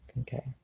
Okay